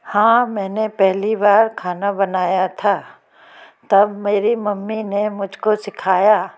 हाँ मैंने पहली बार खाना बनाया था तब मेरी मम्मी ने मुझको सिखाया